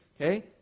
Okay